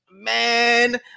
Man